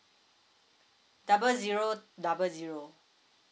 double zero double zero